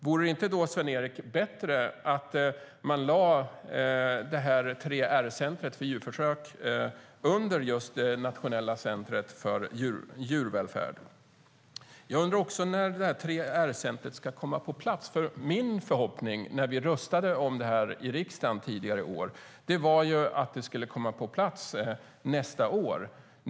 Vore det inte då, Sven-Erik, bättre att man lade det här 3R-centret för djurförsök under Nationellt centrum för djurvälfärd? Jag undrar också när detta 3R-center ska komma på plats. Min förhoppning när vi röstade om det här i riksdagen tidigare i år var att det skulle komma på plats nästa år.